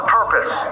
purpose